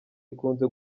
ikunze